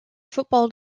football